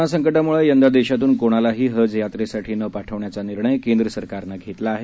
corona संकटामुळं यंदा देशातून कोणालाही हज यात्रेसाठी न पाठविण्याचा निर्णय केंद्र सरकारनं घेतला आहे